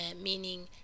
meaning